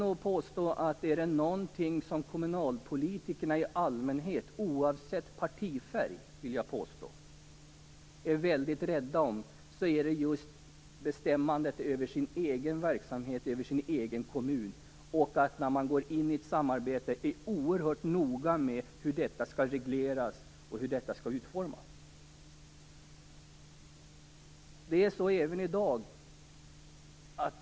Om det är någonting som kommunalpolitiker i allmänhet är rädda om, oavsett partifärg, så är det bestämmandet över den egna verksamheten och den egna kommunen. När man går in i ett samarbete är man oerhört noga med utformningen och regleringen av det.